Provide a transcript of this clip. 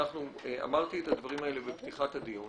- אמרתי את הדברים האלה בפתיחת הדיון